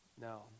No